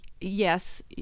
yes